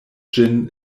ĝin